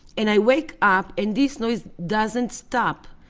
and i wake up and this noise doesn't stop.